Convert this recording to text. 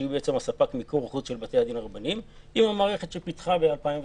שהיא בעצם ספק מיקור חוץ של בתי-הדין הרבניים עם המערכת שפיתחה ב-2008.